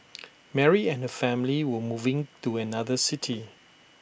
Mary and her family were moving to another city